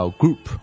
group